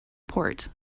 port